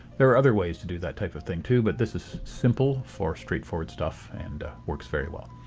there are other ways to do that type of thing too but this is simple for straightforward stuff and works very well.